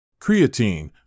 Creatine